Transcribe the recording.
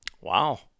wow